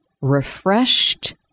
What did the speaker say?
refreshed